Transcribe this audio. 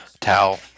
Towel